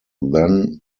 then